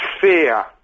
fear